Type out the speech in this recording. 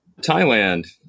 thailand